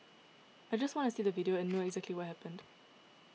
I just want to see the video and know what exactly happened